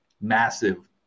massive